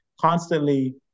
constantly